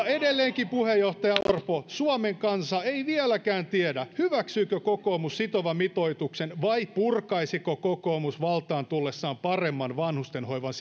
edelleenkin puheenjohtaja orpo suomen kansa ei vieläkään tiedä hyväksyykö kokoomus sitovan mitoituksen vai purkaisiko kokoomus valtaan tullessaan paremman vanhustenhoivan